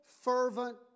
fervent